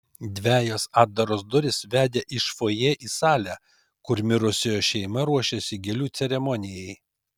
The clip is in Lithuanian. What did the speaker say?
dvejos atdaros durys vedė iš fojė į salę kur mirusiojo šeima ruošėsi gėlių ceremonijai